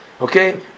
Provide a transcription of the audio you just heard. Okay